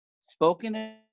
spoken